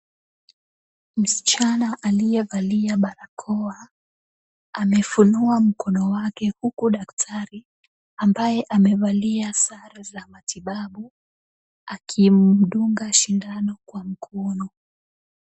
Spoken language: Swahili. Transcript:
Msichana aliyevalia barakoa amefunua mkono wake huku daktari ambaye amevalia sare za matibabu akimdunga sindano kwa mkono.